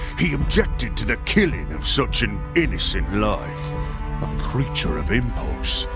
he objected to the killing of such an innocent life. a creature of impulse,